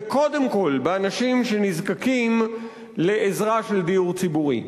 וקודם כול באנשים שנזקקים לעזרה של דיור ציבורי.